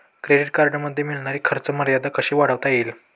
Credit कार्डमध्ये मिळणारी खर्च मर्यादा कशी वाढवता येईल?